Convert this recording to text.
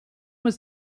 was